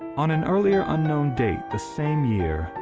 on an earlier unknown date the same year,